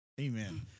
Amen